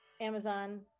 Amazon